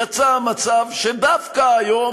יצא מצב שדווקא היום